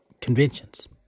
conventions